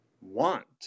want